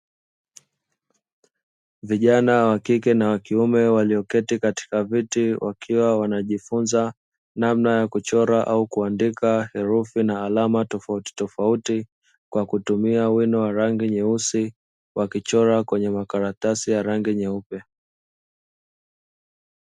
Vijana wa kike na wa kiume walioketi katika viti wakiwa wanajifunza namna ya kuchora au kuandika herufi na alama tofauti tofauti kwa kutumia wino wa rangi nyeusi wakichora kwenye makaratasi ya rangi nyeupe